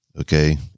okay